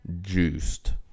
juiced